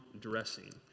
dressing